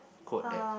quote that